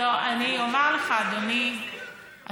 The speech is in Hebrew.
לא, אני אומר לך, אדוני השר.